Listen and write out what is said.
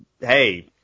hey